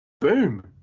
boom